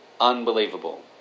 unbelievable